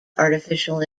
artificial